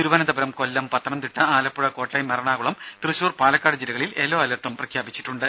തിരുവനന്തപുരം കൊല്ലം പത്തനംത്തിട്ട ആലപ്പുഴ കോട്ടയം എറണാകുളം തൃശൂർ പാലക്കാട് ജില്ലകളിൽ യെല്ലോ അലർട്ടും പ്രഖ്യാപിച്ചിട്ടുണ്ട്